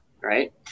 Right